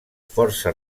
força